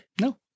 no